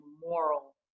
moral